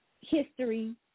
history